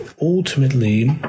ultimately